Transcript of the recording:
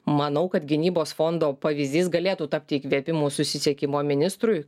manau kad gynybos fondo pavyzdys galėtų tapti įkvėpimu susisiekimo ministrui